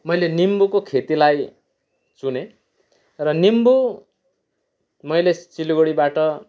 मैले निम्बुको खेतीलाई चुनेँ र निम्बु मैले सिलगुडीबाट